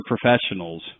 professionals